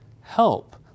help